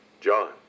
John